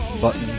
button